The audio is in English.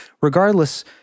regardless